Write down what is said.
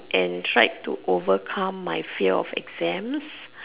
and tried of overcome my fear of exams